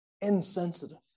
insensitive